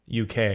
UK